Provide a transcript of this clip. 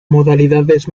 modalidades